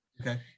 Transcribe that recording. Okay